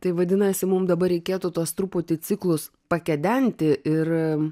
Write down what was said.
tai vadinasi mum dabar reikėtų tuos truputį ciklus pakedenti ir